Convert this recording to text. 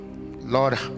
Lord